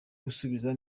gusubiza